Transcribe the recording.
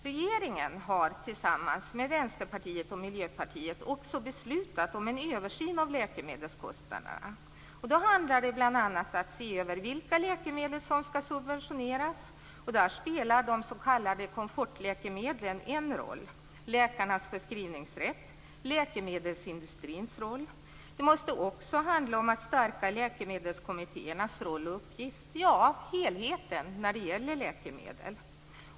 Regeringen har tillsammans med Vänsterpartiet och Miljöpartiet beslutat om en översyn av läkemedelskostnaderna. Då handlar det bl.a. om att se över vilka läkemedel som skall subventioneras, och därvid spelar de s.k. komfortläkemedlen en roll. Också läkarnas förskrivningsrätt och läkemedelsindustrins roll spelar in. Vidare måste det handla om att stärka läkemedelskommittéernas roll och uppgift, ja helheten när det gäller läkemedel.